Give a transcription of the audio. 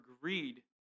greed